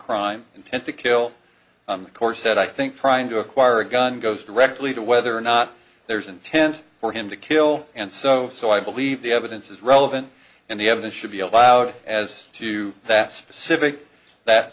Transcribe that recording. crime intent to kill on the course said i think trying to acquire a gun goes directly to whether or not there's an intent for him to kill and so so i believe the evidence is relevant and the evidence should be allowed as to that specific that